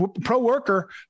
pro-worker